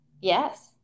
Yes